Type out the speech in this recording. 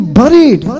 buried